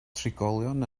trigolion